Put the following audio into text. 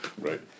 right